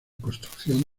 construcción